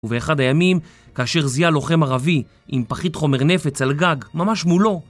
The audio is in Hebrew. ובאחד הימים, כאשר זיהה לוחם ערבי, עם פחית חומר נפץ על גג, ממש מולו,